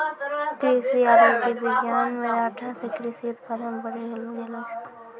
कृषि आरु जीव विज्ञान मे डाटा से कृषि उत्पादन बढ़ी गेलो छै